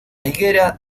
higuera